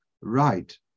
right